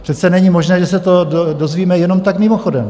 Přece není možné, že se to dozvíme jenom tak mimochodem!